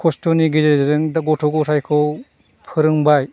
कस्त'नि गेजेरजों दा गथ' गथायखौ फोरोंबाय